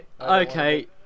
Okay